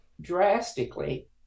drastically